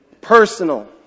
Personal